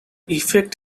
effect